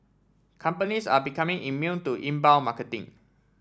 companies are becoming immune to inbound marketing